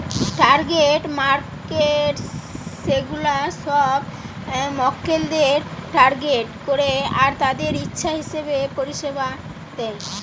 target markets সেগুলা সব মক্কেলদের টার্গেট করে আর তাদের ইচ্ছা হিসাবে পরিষেবা দেয়